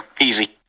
Easy